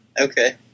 Okay